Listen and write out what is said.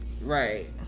Right